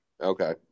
Okay